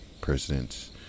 presidents